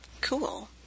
Cool